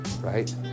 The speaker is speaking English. right